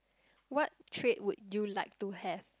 what trait would you like to have